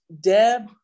Deb